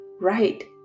right